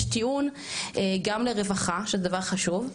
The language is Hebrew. יש טיעון גם לרווחה שזה דבר חשוב,